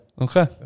Okay